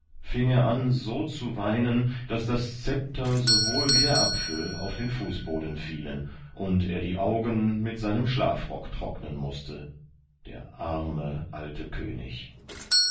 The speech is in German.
er an so zu weinen daß das scepter sowohl wie der apfel auf den fußboden fielen und er die augen mit seinem schlafrock trocknen mußte der arme alte könig